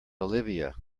olivia